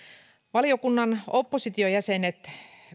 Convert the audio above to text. valiokunnan oppositiojäsenet